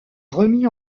remis